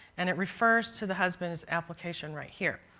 and it refers to the husband's application right here.